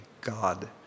God